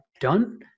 done